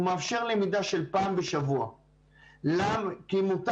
הוא מאפשר למידה של פעם בשבוע כי מותר